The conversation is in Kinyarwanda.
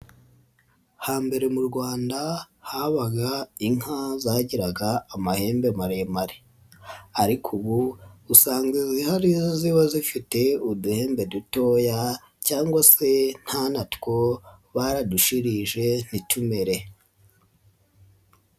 Hambere mu Rwanda habaga inka zagiraga amahembe maremare ariko ubu usanga izihari ziba zifite uduhembe dutoya cyangwa se nta na two baradushirije ntitumere.